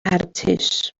ارتش